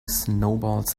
snowballs